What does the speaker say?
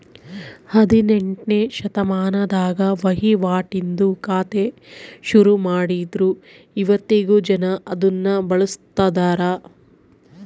ಹದಿನೆಂಟ್ನೆ ಶತಮಾನದಾಗ ವಹಿವಾಟಿಂದು ಖಾತೆ ಶುರುಮಾಡಿದ್ರು ಇವತ್ತಿಗೂ ಜನ ಅದುನ್ನ ಬಳುಸ್ತದರ